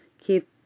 Keep